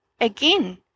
again